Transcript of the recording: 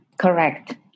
Correct